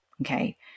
Okay